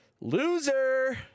Loser